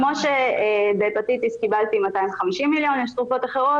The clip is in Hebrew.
כמו שבהפטיטיס קיבלתי 250 מיליון יש תרופות אחרות